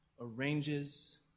arranges